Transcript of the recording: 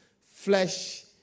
flesh